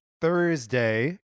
Thursday